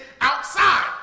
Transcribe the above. outside